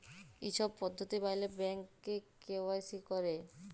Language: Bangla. ই ছব পদ্ধতি ম্যাইলে ব্যাংকে কে.ওয়াই.সি ক্যরে